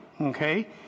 Okay